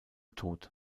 tod